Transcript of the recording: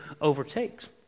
overtakes